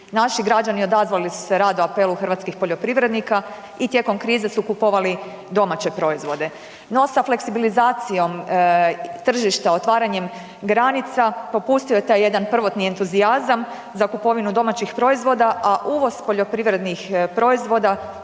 Naši građani odazvali su se radu, apelu hrvatskih poljoprivrednika i tijekom krize su kupovali domaće proizvode. No, sa fleksibilizacijom tržišta, otvaranjem granica, popustio je taj jedan prvotni entuzijazam za kupovinu domaćih proizvoda, a uvoz poljoprivrednih proizvoda